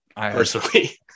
personally